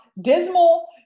dismal